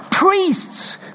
Priests